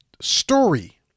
story